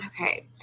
Okay